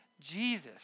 Jesus